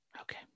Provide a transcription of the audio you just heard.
Okay